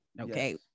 Okay